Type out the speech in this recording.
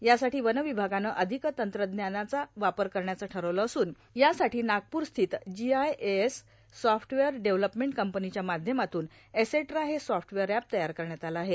यासाठी वनविभागानं अधिक तंत्रज्ञानाचा वापर करण्याचं ठरवलं असून यासाठी नागपूरस्थित जीआयएस सॉफ्टवेअर डेव्हलपमेंट कंपनीच्या माध्यमातून एसेट्रा हे सॉफ्ट्वेअर एप तयार करण्यात आला आहे